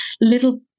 little